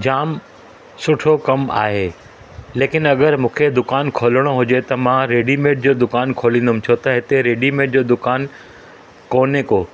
जाम सुठो कमु आहे लेकिनि अॻरि मूंखे दुकान खोलणो हुजे त मां रेडीमेड जो दुकान खोलींदुमि छो त हिते रेडीमेड जो दुकान कोन्हे को